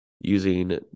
using